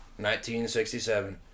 1967